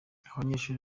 abanyeshuri